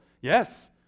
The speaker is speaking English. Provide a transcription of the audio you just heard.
Yes